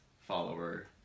follower